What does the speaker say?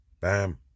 Bam